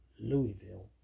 Louisville